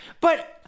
But-